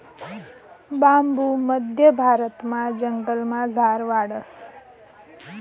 बांबू मध्य भारतमा जंगलमझार वाढस